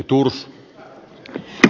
arvoisa puhemies